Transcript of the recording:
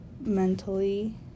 mentally